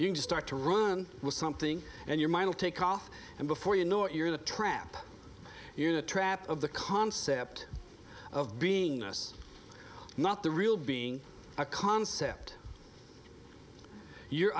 you can start to run with something and your mind will take off and before you know it you're in the trap you're the trap of the concept of beingness not the real being a concept your